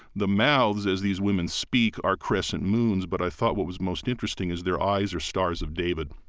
the mouths, as these women speak, are crescent moons. but i thought what was most interesting is their eyes are stars of david.